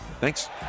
thanks